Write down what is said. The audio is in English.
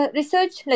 research